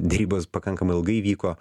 derybos pakankamai ilgai įvyko